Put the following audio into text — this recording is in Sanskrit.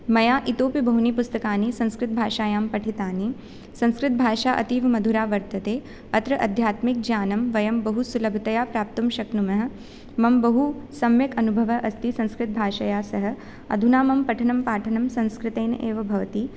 मया इतोऽपि बहूनि पुस्तकानि संस्कृतभाषायां पठितानि संस्कृतभाषा अतीवमधुरा वर्तते अत्र अध्यात्मिकज्ञानं वयं बहुसुलभतया प्राप्तुं शक्नुमः मम बहुसम्यक् अनुभवः अस्ति संस्कृतभाषया सह अधुना मम पठनं पाठनं संस्कृतेन एव भवति